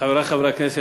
חברי חברי הכנסת,